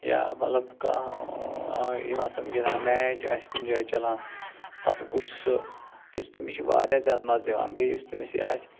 یا مطلب کانٛہہ یِم آسَن گِنٛدان میچ آسہِ کُنہِ جایہِ چلان پتہٕ وُچھِ سُہ تہٕ تٔمِس چھِ واریاہ زیادٕ مَزٕ یِوان بیٚیہِ یُس تٔمِس یہِ آسہِ